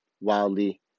wildly